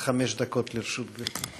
עד חמש דקות לרשות גברתי.